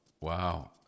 Wow